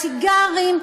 הסיגרים,